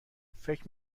فکر